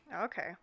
Okay